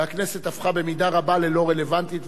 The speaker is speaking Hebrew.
והכנסת הפכה במידה רבה ללא רלוונטית,